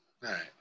right